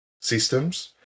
systems